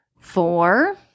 Four